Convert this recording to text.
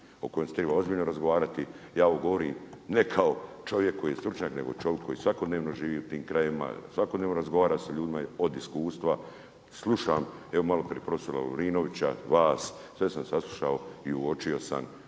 o kojoj se treba ozbiljno razgovarati. Ja ovo govorim ne kao čovjek koji je stručnjak koji svakodnevno živi u tim krajevima, svakodnevno razgovara sa ljudima, od iskustva, slušam, evo malo prije profesora Lovrinovića, vas, sve sam saslušao, i uočio sam